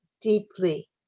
deeply